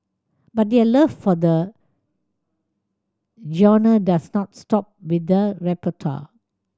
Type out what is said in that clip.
but their love for the genre does not stop with the repertoire